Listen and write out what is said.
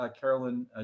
Carolyn